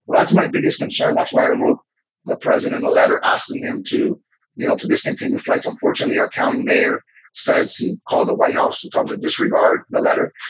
but that's my biggest concern. that's why i wrote the president a letter asking him to you know to discontinue flights. unfortunately, our county mayor says he called the white house and staff um to disregard the letter,